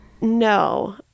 No